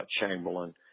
Chamberlain